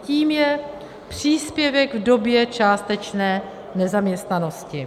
Tím je příspěvek v době částečné nezaměstnanosti.